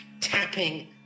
tapping